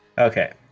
Okay